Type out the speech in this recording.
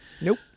Nope